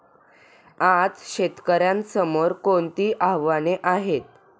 आज शेतकऱ्यांसमोर कोणती आव्हाने आहेत?